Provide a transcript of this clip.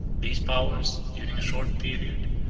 these powers, during a short period,